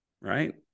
right